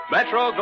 Metro